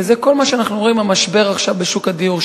וזה כל מה שאנחנו רואים עכשיו במשבר בשוק הדיור,